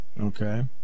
Okay